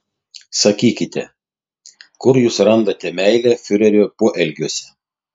sakykit kur jūs randate meilę fiurerio poelgiuose